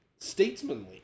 statesmanly